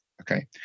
okay